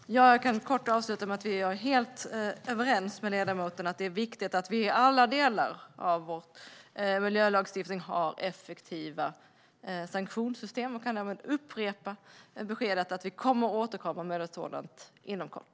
Herr talman! Jag kan kort avsluta med att säga att jag är helt överens med ledamoten om att det är viktigt att vi i alla delar av vår miljölagstiftning har effektiva sanktionssystem, och jag kan även upprepa beskedet att vi återkommer med ett sådant inom kort.